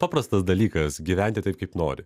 paprastas dalykas gyventi taip kaip nori